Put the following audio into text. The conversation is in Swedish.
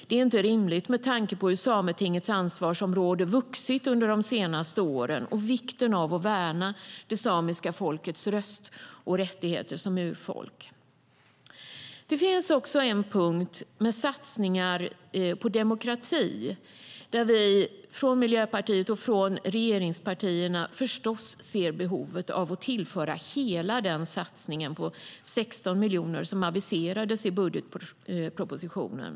Det är inte rimligt, med tanke på hur Sametingets ansvarsområde har vuxit under de senaste åren och vikten av att värna det samiska folkets röst och rättigheter som urfolk. Det finns också en punkt om satsningar på demokrati, där vi från Miljöpartiet och från regeringspartierna förstås ser behovet av att tillföra hela den satsning på 16 miljoner kronor som aviserades i budgetpropositionen.